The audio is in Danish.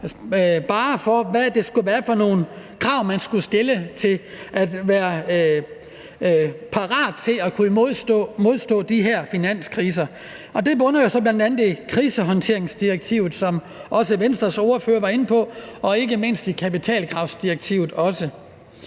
barrer for, hvad det skulle være for nogle krav, man skulle stille, for at være parat til at kunne modstå de her finanskriser. Det bunder jo så bl.a. i krisehåndteringsdirektivet, som også Venstres ordfører var inde på, og ikke mindst i også kapitalkravsdirektivet.